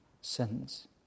sins